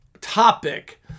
topic